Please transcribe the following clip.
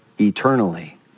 eternally